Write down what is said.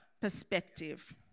perspective